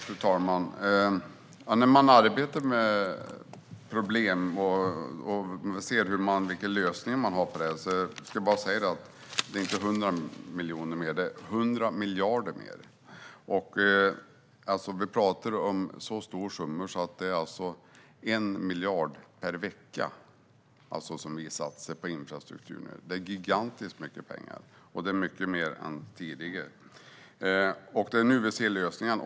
Fru talman! Man arbetar med problem och ser vilka lösningar man har. Jag vill bara säga att det inte är 100 miljoner mer, utan det är 100 miljarder mer. Vi talar alltså om så stora summor att det handlar om 1 miljard per vecka som vi nu satsar på infrastruktur. Det är gigantiskt mycket pengar, och det är mycket mer än tidigare. Det är nu vi ser lösningen.